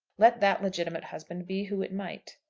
let that legitimate husband be who it might.